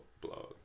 blog